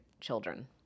children